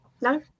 no